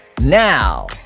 now